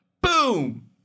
Boom